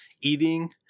eating